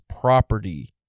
property